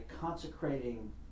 consecrating